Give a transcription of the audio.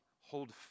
hold